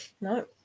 no